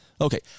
Okay